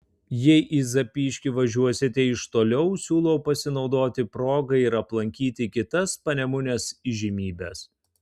jei į zapyškį važiuosite iš toliau siūlau pasinaudoti proga ir aplankyti kitas panemunės įžymybes